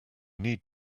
need